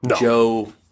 Joe